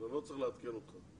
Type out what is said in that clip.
אני לא צריך לעדכן אותך.